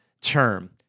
term